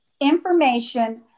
information